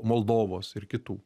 moldovos ir kitų